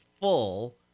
full